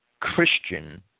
Christian